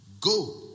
Go